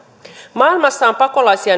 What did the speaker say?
maailmassa on pakolaisia